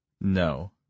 No